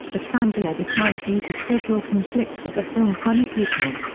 but sandler declined due to schedule conflicts with the film funny people.